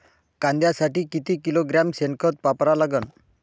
कांद्यासाठी किती किलोग्रॅम शेनखत वापरा लागन?